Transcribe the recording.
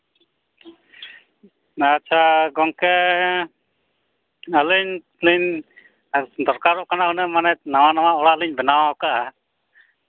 ᱟᱪᱪᱷᱟ ᱜᱚᱢᱠᱮ ᱟᱹᱞᱤᱧ ᱞᱤᱧ ᱫᱚᱨᱠᱟᱨᱚᱜ ᱠᱟᱱᱟ ᱚᱱᱟ ᱢᱟᱱᱮ ᱱᱟᱣᱟ ᱱᱟᱣᱟ ᱚᱲᱟᱜ ᱞᱤᱧ ᱵᱮᱱᱟᱣ ᱠᱟᱜᱼᱟ